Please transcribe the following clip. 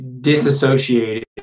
Disassociated